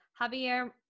javier